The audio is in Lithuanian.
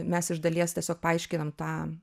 mes iš dalies tiesiog paaiškinam tą